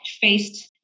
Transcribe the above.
faced